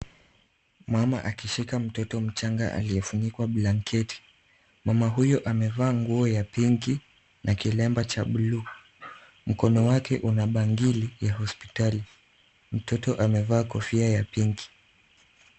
Mama akishika mtoto mchanga aliyefunikwa blanketi. Mama huyo amevaa nguo ya pinki na kilemba cha buluu. Mkono wake una bangili ya hospitali. Mtoto amevaa kofia ya pinki.